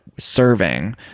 serving